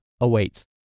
awaits